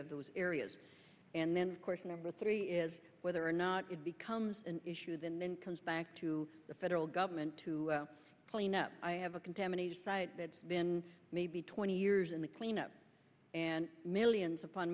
of those areas and then of course number three is whether or not it becomes an issue then then comes back to the federal government to clean up i have a contaminated site that's been maybe twenty years in the cleanup and millions upon